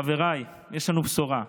חבריי, יש לנו בשורה: